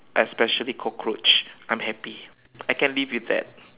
especially cockroach I'm happy I can live with that